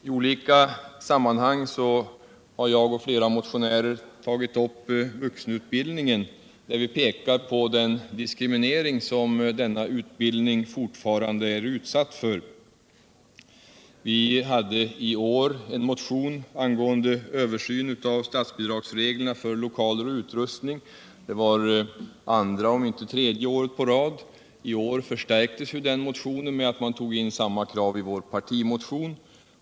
I olika sammanhang har jag och flera andra motionärer tagit upp frågan om vuxenutbildningen, där vi pekat på den diskriminering som denna utbildning fortfarande är utsatt för. Vi hade i år en motion angående översyn av statsbidragsreglerna för lokaler och utrustning. Det var andra, om inte tredje, året å rad. I år förstärktes den motionen med att man tog in samma krav i vår partimotion.